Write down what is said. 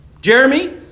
Jeremy